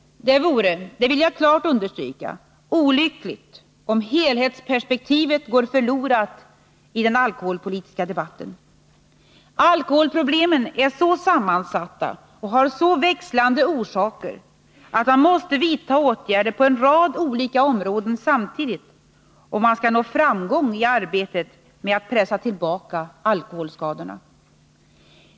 Det vore — det vill jag klart understyrka — olyckligt om helhetsperspektivet går förlorat i den alkoholpolitiska debatten. Alkoholproblem är så sammansatta och har så växlande orsaker att man måste vidta åtgärder på en rad olika områden samtidigt om man skall nå framgång i arbetet med att pressa tillbaka alkoholskadorna.